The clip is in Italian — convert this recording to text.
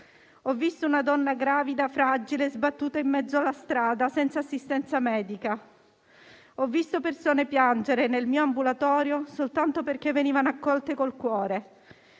Ho visto una donna gravida, fragile, sbattuta in mezzo alla strada senza assistenza medica. Ho visto persone piangere nel mio ambulatorio soltanto perché venivano accolte col cuore.